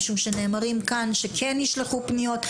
משום שנאמרים כאן שכן נשלחו פניות.